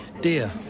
dear